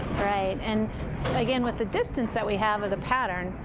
right. and again with the distance that we have in the pattern,